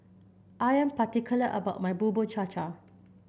I am particular about my Bubur Cha Cha